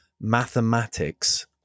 mathematics